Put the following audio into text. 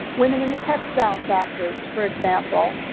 women in the textile factories, for example,